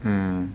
mm